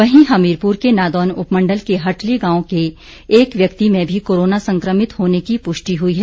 वहीं हमीरपुर के नादौन उपमंडल के हटली गांव के एक व्यक्ति में भी कोरोना संकमित होने की पुष्टि हुई है